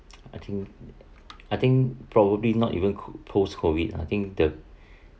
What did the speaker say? I think I think probably not even post-COVID I think the